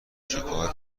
شکار